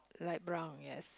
light brown yes